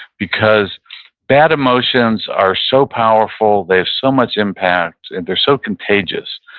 because bad emotions are so powerful, they have so much impact, and they're so contagious,